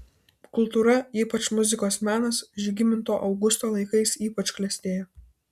kultūra ypač muzikos menas žygimanto augusto laikais ypač klestėjo